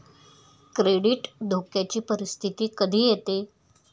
credit धोक्याची परिस्थिती कधी येते